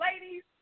ladies